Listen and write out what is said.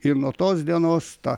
ir nuo tos dienos ta